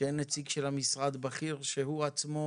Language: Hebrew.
שאין נציג של המשרד בכיר שהוא עצמו